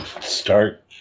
start